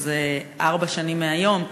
שזה ארבע שנים מהיום,